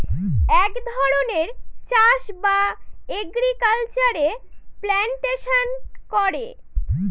এক ধরনের চাষ বা এগ্রিকালচারে প্লান্টেশন করে